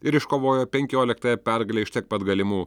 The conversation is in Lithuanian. ir iškovojo penkioliktąją pergalę iš tiek pat galimų